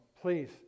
please